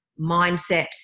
mindset